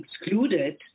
excluded